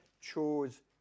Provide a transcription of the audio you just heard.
chose